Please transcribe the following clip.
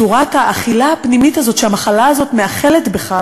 צורת האכילה הפנימית הזאת שהמחלה הזאת מאכלת בך,